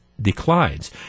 declines